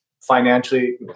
financially